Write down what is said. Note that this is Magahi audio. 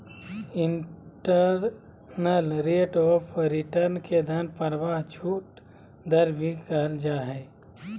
इन्टरनल रेट ऑफ़ रिटर्न के धन प्रवाह छूट दर भी कहल जा हय